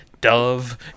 dove